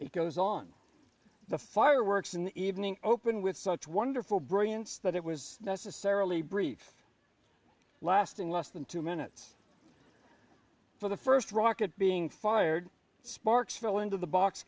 it goes on the fireworks in the evening open with such wonderful brilliance that it was necessarily brief lasting less than two minutes for the first rocket being fired sparks fell into the box